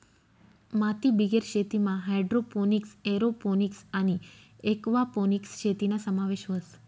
मातीबिगेर शेतीमा hydroponics, aeroponics आणि एक्वापोनिक्स शेतीना समावेश व्हस